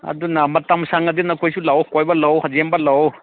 ꯑꯗꯨꯅ ꯃꯇꯝ ꯁꯪꯉꯗꯤ ꯅꯈꯣꯏꯁꯨ ꯂꯥꯛꯎ ꯀꯣꯏꯕ ꯂꯥꯛꯎ ꯌꯦꯡꯕ ꯂꯥꯛꯎ